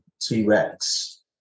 T-Rex